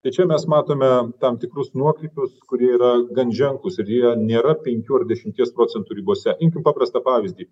tai čia mes matome tam tikrus nuokrypius kurie yra gan ženklūs ir jie nėra penkių ar dešimties procentų ribose imkim paprastą pavyzdį